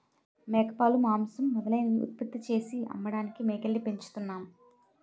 మేకపాలు, మాంసం మొదలైనవి ఉత్పత్తి చేసి అమ్మడానికి మేకల్ని పెంచుతున్నాం